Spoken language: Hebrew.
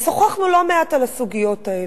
ושוחחנו לא מעט על הסוגיות האלה.